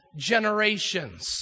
generations